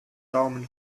daumen